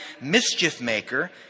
mischief-maker